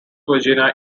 virginia